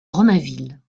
romainville